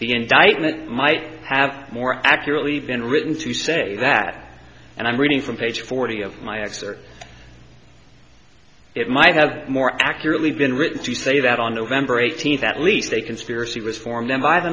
the indictment might have more accurately been written to say that and i'm reading from page forty of my ex or it might have more accurately been written to say that on november eighteenth at least a conspiracy was formed them by the